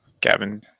Gavin